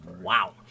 Wow